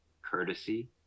courtesy